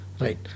right